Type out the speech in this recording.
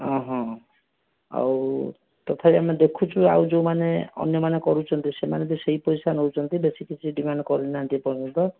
ଅ ହଁ ଆଉ ତଥାବି ଆମେ ଦେଖୁଛୁ ଆଉ ଯେଉଁମାନେ ଅନ୍ୟମାନେ କରୁଛନ୍ତି ସେମାନେ ତ ସେଇ ପଇସା ନେଉଛନ୍ତି ବେଶି କିଛି ଡିମାଣ୍ଡ କରିନାହାନ୍ତି ଏପର୍ଯ୍ୟନ୍ତ